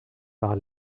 par